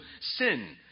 sin